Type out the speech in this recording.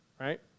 right